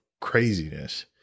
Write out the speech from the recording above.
craziness